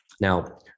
now